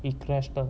it crashed